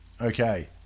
Okay